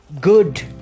good